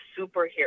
superhero